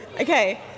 okay